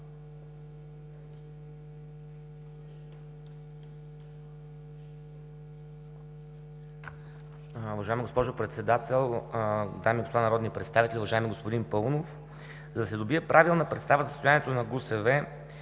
Уважаема госпожо Председател, дами и господа народни представители, уважаеми господин Паунов! За да се добие правилна представа за състоянието на ГУСВ,